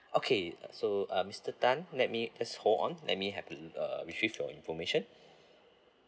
okay so uh mister tan let me just hold on just let me have a uh retrieve your information